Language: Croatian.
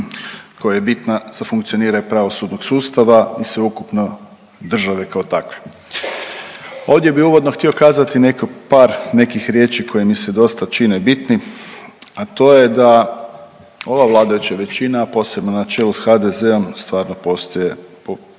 koja je bitna za funkcioniranje pravosudnog sustava i sveukupno države kao takve. Ovdje bi uvodno htio kazati par nekih riječi koje mi se dosta čine bitnim, a to je da ova vladajuća većina, a posebno na čelu s HDZ-om poštuje institucije